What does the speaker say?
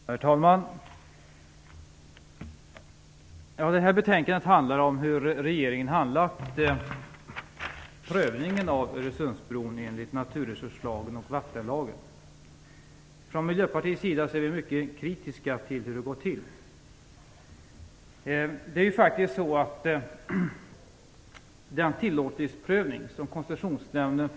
Herr talman! Detta betänkande handlar om hur regeringen har handlagt prövningen av Öresundsbron enligt naturresurslagen och vattenlagen. Från Miljöpartiets sida är vi mycket kritiska till hur det har gått till.